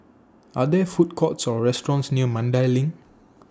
Are There Food Courts Or restaurants near Mandai LINK